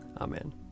Amen